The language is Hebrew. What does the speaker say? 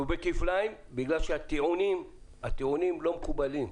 וכפליים כי הטיעונים לא מקובלים.